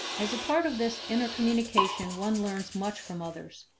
as a part of this intercommunication one learns much from others.